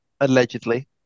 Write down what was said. allegedly